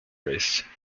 race